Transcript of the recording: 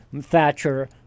Thatcher